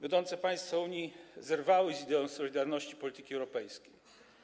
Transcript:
Wiodące państwa Unii zerwały z ideą solidarności polityki europejskiej.